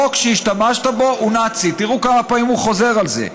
החוק שהשתמשת בו הוא נאצי" תראו כמה פעמים הוא חוזר על זה,